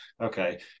okay